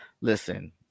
Listen